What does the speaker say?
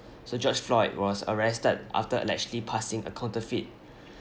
so george floyd was arrested after allegedly passing a counterfeit